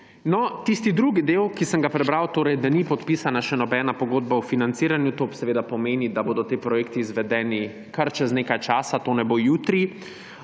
tisti drugi del, ki sem ga prebral – torej, da ni podpisana še nobena pogodba o financiranju, to pomeni, da bodo ti projekti izvedeni kar čez neka časa, to ne bo jutri